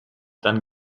dann